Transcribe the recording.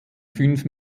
fünf